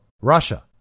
Russia